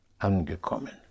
Angekommen